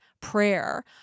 prayer